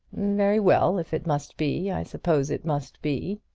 very well if it must be, i suppose it must be.